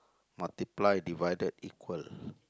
multiply divided equal